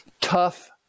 tough